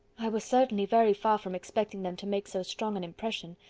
i was certainly very far from expecting them to make so strong an impression.